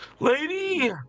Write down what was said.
Lady